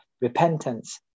repentance